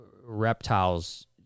reptiles